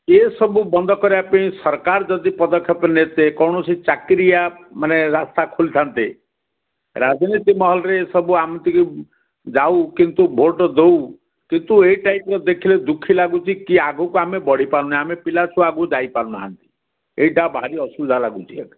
ଏସବୁ ବନ୍ଦ କରିବା ପାଇଁ ସରକାର ଯଦି ପଦକ୍ଷେପ ନିଅନ୍ତେ କୌଣସି ଚାକିରିଆ ମାନେ ରାସ୍ତା ଖୋଲିଥାନ୍ତେ ରାଜନୀତି ମହଲରେ ଏସବୁ ଆମେ ଟିକେ ଯାଉ କିନ୍ତୁ ଭୋଟ ଦେଉ କିନ୍ତୁ ଏଇ ଟାଇପର ଦେଖିଲେ ଦୁଃଖୀ ଲାଗୁଛି କି ଆଗକୁ ଆମେ ବଢ଼ିପାରୁନେ ଆମେ ପିଲାଛୁଆ ଆଗକୁ ଯାଇ ପାରୁନାହଁନ୍ତି ଏଇଟା ଭାରି ଅସୁବିଧା ଲାଗୁଛି